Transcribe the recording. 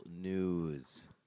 news